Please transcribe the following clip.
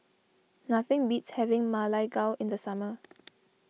nothing beats having Ma Lai Gao in the summer